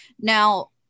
now